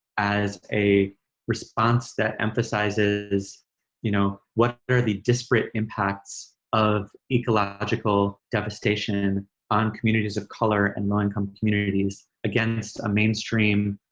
as a response that emphasizes you know what but are the disparate impacts of ecological devastation on communities color and low income communities against a mainstream,